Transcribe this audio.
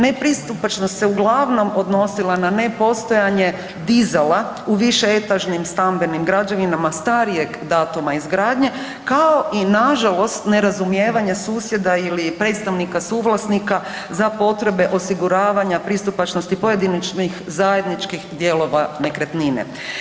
Nepristupačnost se uglavnom odnosila na nepostojanje dizala u više etažnim stambenim građevinama starijeg datuma izgradnje kao i nažalost nerazumijevanje susjeda ili predstavnika suvlasnika za potrebe osiguravanja pristupačnosti pojedinačnih zajedničkih dijelova nekretnine.